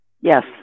Yes